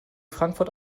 frankfurt